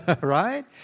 Right